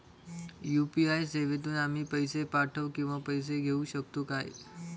UPI सेवेतून आम्ही पैसे पाठव किंवा पैसे घेऊ शकतू काय?